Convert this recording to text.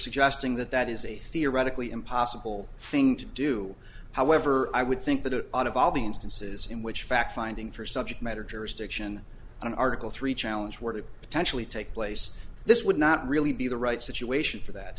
suggesting that that is a theoretically impossible thing to do however i would think that a lot of all the instances in which fact finding for subject matter jurisdiction on article three challenge were to potentially take place this would not really be the right situation for that